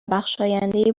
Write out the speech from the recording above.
بخشاینده